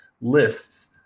lists